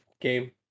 game